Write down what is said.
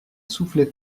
soufflait